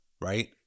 Right